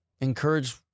encourage